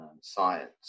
Science